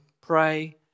pray